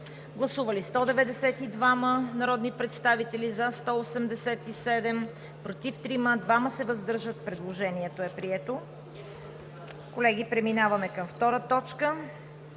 Гласували 192 народни представители: за 187, против 3, въздържали се 2. Предложението е прието. Колеги, преминаваме към втора точка: